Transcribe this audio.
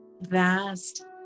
vast